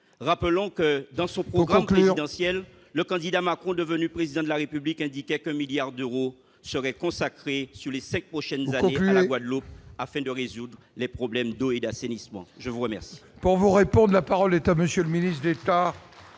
Rappelons que, dans son programme présidentiel, le candidat Macron, devenu Président de la République, indiquait qu'un milliard d'euros seraient consacrés à la Guadeloupe sur les cinq prochaines années, afin de résoudre les problèmes d'eau et d'assainissement. La parole